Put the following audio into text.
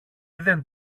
δεν